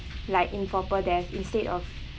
like in proper depth instead of